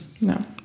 no